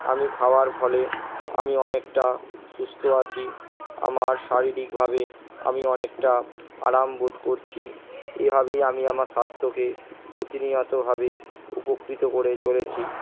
আমি খাওয়ার ফলে আমি অনেকটা সুস্থ আছি আমার শারীরিকভাবে আমি অনেকটা আরাম বোধ করছি এভাবেই আমি আমার স্বাস্থ্যকে প্রতিনিয়তভাবে উপকৃত হয়ে চলেছি